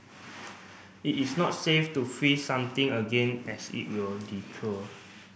it is not safe to freeze something again as it will